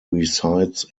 resides